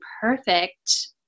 perfect